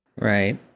right